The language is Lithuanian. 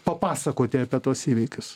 papasakoti apie tuos įvykius